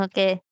Okay